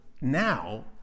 now